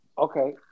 Okay